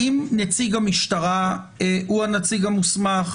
האם נציג המשטרה הוא הנציג המוסמך?